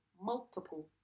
multiple